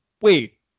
Wait